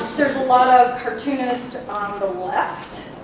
there's a lot of cartoonists on the left